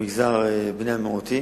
ממגזר בני המיעוטים,